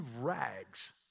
rags